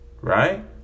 right